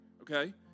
Okay